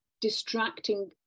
distracting